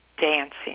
dancing